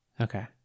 Okay